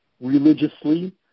religiously